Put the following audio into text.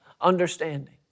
understanding